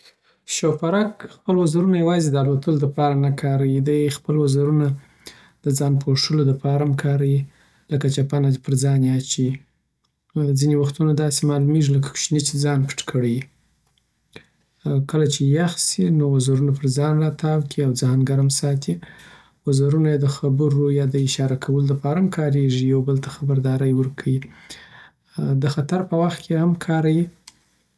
شوپرک خپل وزرونه یوازی د الوتلو لپاره نه کاریی دی خپل وزرونه د ځان پوښلو لپاره هم کاروي، لکه چپنه پر ځان اچویی ځینې وختونه داسې معلومیږی لکه کوشنی چي ځان پټ کړی یی کله چي يخ سی، نو وزرونه پرځان راتاو کي او ځان ګرم ساتي وزرونه يې د خبرو یا اشاره کولو لپاره هم کارېږي، یو بل ته خبرداری ورکویی د خطر په وخت کی یی هم کار یی